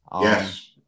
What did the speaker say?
Yes